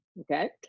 Okay